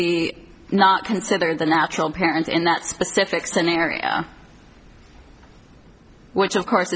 be not considered the natural parent in that specific scenario which of course